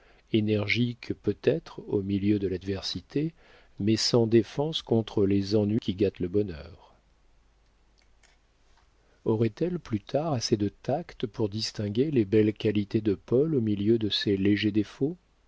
énergique peut-être au milieu de l'adversité mais sans défense contre les ennuis qui gâtent le bonheur aurait-elle plus tard assez de tact pour distinguer les belles qualités de paul au milieu de ses légers défauts